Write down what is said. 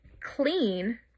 clean